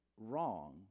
wrong